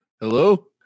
Hello